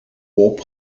bob